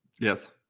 Yes